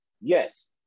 yes